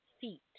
feet